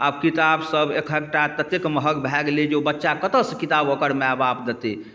आब किताबसब एकहकटा ततेक महग भऽ गेलै जे ओ बच्चा कतऽसँ किताब ओकर माइ बाप देतै